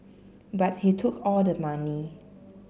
but he took all the money